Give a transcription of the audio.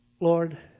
lord